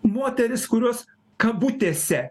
moterys kurios kabutėse